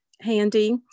handy